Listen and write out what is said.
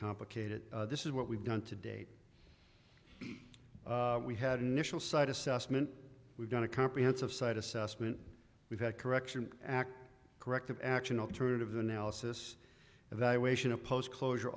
complicated this is what we've done to date we had initial site assessment we've done a comprehensive site assessment we've had correction act corrective action alternative than alice's evaluation of post closure